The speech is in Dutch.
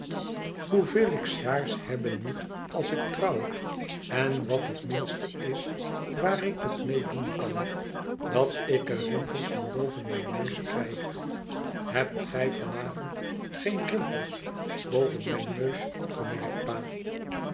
hoeveel ik s jaars hebben moet als ik trouw en wat het minste is waar ik het mee doen kan dat ik er rimpels van boven mijn neus krijg hebt gij van avond geen rimpels boven mijn neus opgemerkt pa